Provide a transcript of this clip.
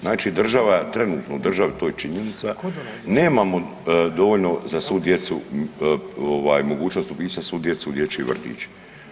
Znači, država trenutno u državi to je činjenica nemamo dovoljno za svu djecu mogućnosti upisati svu djecu u dječji vrtić.